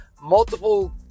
multiple